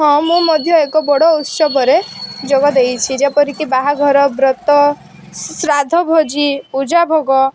ହଁ ମୁଁ ମଧ୍ୟ ଏକ ବଡ଼ ଉତ୍ସବରେ ଯୋଗ ଦେଇଛି ଯେପରିକି ବାହାଘର ବ୍ରତ ଶ୍ରାଦ୍ଧ ଭୋଜି ପୂଜା ଭୋଗ